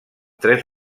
tres